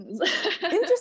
interesting